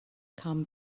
come